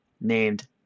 named